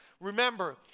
Remember